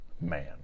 man